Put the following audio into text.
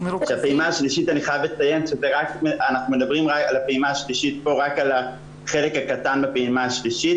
בפעימה השלישית אנחנו מדברים פה רק על החלק הקטן בפעימה השלישית,